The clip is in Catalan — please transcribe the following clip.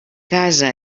casa